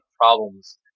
problems